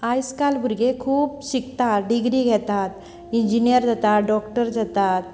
आयज काल भुरगे खूब शिकतात डिग्री घेतात इंजिनियर जातात डॉक्टर जातात